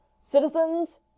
Citizens